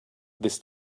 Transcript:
this